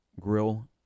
grill